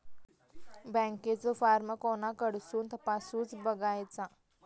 बँकेचो फार्म कोणाकडसून तपासूच बगायचा?